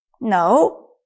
No